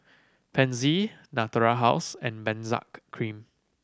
Pansy Natura House and Benzac Cream